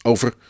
Over